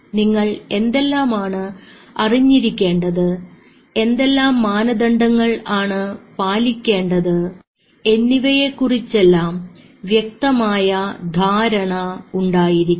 നിങ്ങൾ എന്തെല്ലാമാണ് അറിഞ്ഞിരിക്കേണ്ടത് എന്തെല്ലാം മാനദണ്ഡങ്ങൾ ആണ് പാലിക്കേണ്ടത് എന്നിവയെക്കുറിച്ചെല്ലാം വ്യക്തമായ ധാരണ ഉണ്ടായിരിക്കണം